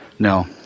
No